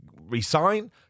resign